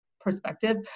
perspective